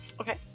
Okay